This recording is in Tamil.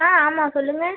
ஆ ஆமாம் சொல்லுங்கள்